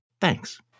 Thanks